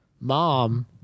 mom